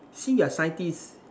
see you're scientist